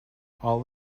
all